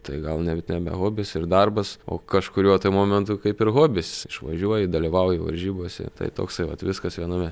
tai gal ne nebe hobis ir darbas o kažkuriuo tai momentu kaip ir hobis išvažiuoji dalyvauji varžybose tai toksai vat viskas viename